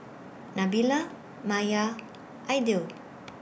Nabila Maya Aidil